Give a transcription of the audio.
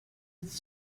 its